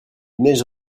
neige